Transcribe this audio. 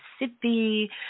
Mississippi